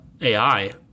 AI